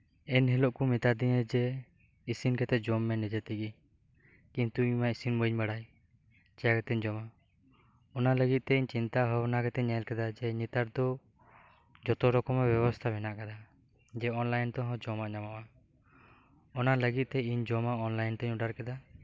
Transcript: ᱮᱱ ᱦᱤᱞᱚᱜ ᱠᱩ ᱢᱮᱛᱟᱫᱤᱧᱟ ᱡᱮ ᱤᱥᱤᱱ ᱠᱟᱛᱮᱜ ᱡᱚᱢ ᱢᱮ ᱱᱤᱡᱮ ᱛᱮᱜᱤ ᱠᱤᱱᱛᱩ ᱤᱧᱢᱟ ᱤᱥᱤᱱ ᱵᱟᱹᱧ ᱵᱟᱲᱟᱭ ᱪᱮᱠᱟ ᱠᱟᱛᱮᱧ ᱡᱚᱢᱟ ᱚᱱᱟᱞᱟᱹᱜᱤᱫ ᱛᱮᱧ ᱪᱤᱱᱛᱟ ᱵᱷᱟᱵᱱᱟ ᱠᱟᱛᱮᱧ ᱧᱮᱞ ᱠᱮᱫᱟ ᱡᱮ ᱱᱮᱛᱟᱨ ᱫᱚ ᱡᱚᱛᱚᱨᱚᱠᱚᱢᱟᱜ ᱵᱮᱵᱚᱥᱛᱟ ᱢᱮᱱᱟᱜ ᱟᱠᱟᱫᱟ ᱡᱮ ᱚᱱᱞᱟᱭᱤᱱ ᱛᱮᱦᱚ ᱡᱚᱢᱟᱜ ᱧᱟᱢᱚᱜ ᱟ ᱚᱱᱟ ᱞᱟᱹᱜᱤᱫ ᱛᱮ ᱤᱧ ᱡᱚᱢᱟᱜ ᱚᱱᱞᱟᱭᱤᱱ ᱛᱮᱧ ᱚᱰᱟᱨ ᱠᱮᱫᱟ